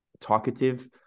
talkative